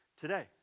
today